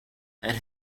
and